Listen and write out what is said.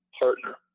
partner